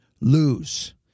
lose